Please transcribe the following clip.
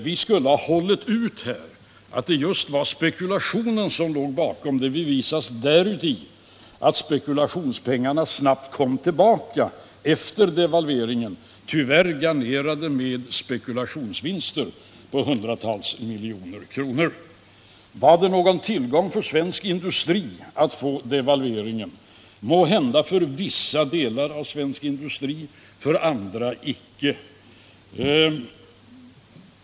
Vi borde ha hållit ut här. Att det just var spekulationen som låg bakom bevisas däruti att spekulationspengarna snabbt kom tillbaka efter devalveringen — tyvärr garnerade med spekulationsvinster på hundratals miljoner kronor. Var det någon tillgång för svensk industri att få devalveringen? Måhända för vissa delar av den svenska industrin, för andra icke.